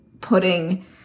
putting –